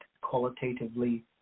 qualitatively